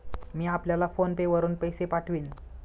मी आपल्याला PhonePe वरुन पैसे पाठवीन